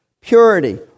purity